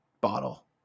bottle